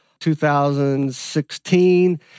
2016